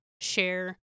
share